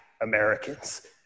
Americans